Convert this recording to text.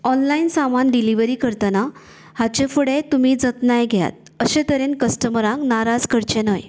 online सामान delivery करतना हाचे फुडें तुमी जतनाय घेयात अशें तरेन कस्टमरांक नाराज करचे न्हय